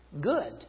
good